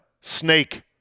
snake